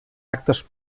actes